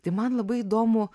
tai man labai įdomu